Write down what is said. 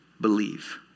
believe